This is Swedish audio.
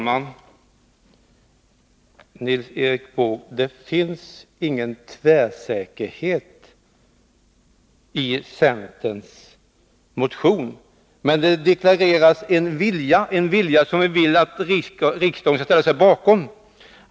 Herr talman! Det finns ingen tvärsäkerhet i centerns motion, Nils Erik Wååg. Men där deklareras en viljeinriktning som vi vill att riksdagen skall ställa sig bakom.